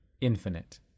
infinite